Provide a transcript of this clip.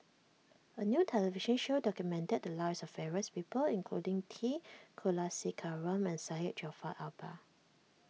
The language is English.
a new television show documented the lives of various people including T Kulasekaram and Syed Jaafar Albar